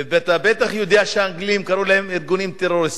ואתה בטח יודע שהאנגלים קראו להם "ארגונים טרוריסטיים"